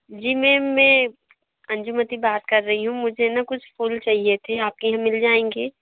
जी ma'am मैं अंजुमति बात कर रहीं हूँ मुझे ना कुछ फूल चाहिए थे आपकी यहाँ मिल जाएंगे